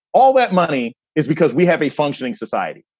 all that money is because we have a functioning society.